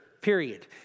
period